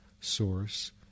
source